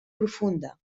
profunda